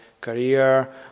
career